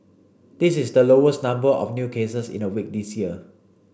this is the lowest number of new cases in a week this year